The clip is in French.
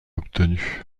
obtenus